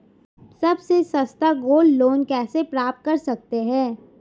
सबसे सस्ता gold loan कैसे प्राप्त कर सकते हैं?